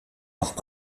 noch